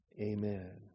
Amen